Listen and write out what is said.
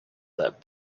that